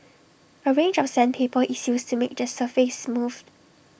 A range of sandpaper is used to make the surface smooth